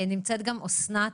נמצאת גם אסנת